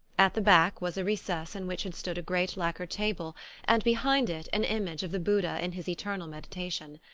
at the back was a recess in which had stood a great lacquer table and behind it an image of the buddha in his eternal meditation.